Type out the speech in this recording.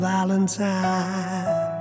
Valentine